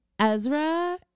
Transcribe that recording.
Ezra